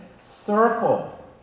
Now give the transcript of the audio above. Circle